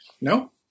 No